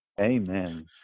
amen